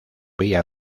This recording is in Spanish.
vía